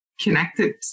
connected